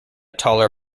taller